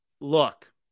look